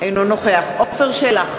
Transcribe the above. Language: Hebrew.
אינו נוכח עפר שלח,